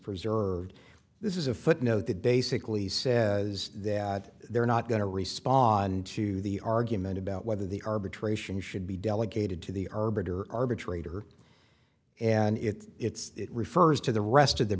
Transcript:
preserved this is a footnote that basically says that they're not going to respond to the argument about whether the arbitration should be delegated to the arbiter arbitrator and it refers to the rest of the